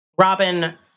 Robin